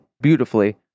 beautifully